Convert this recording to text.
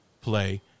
play